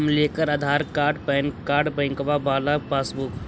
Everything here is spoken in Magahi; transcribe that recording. हम लेकर आधार कार्ड पैन कार्ड बैंकवा वाला पासबुक?